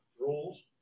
rules